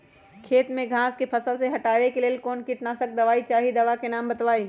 खेत में घास के फसल से हटावे के लेल कौन किटनाशक दवाई चाहि दवा का नाम बताआई?